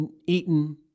eaten